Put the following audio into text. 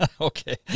Okay